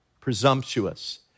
Presumptuous